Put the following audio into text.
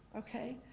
okay?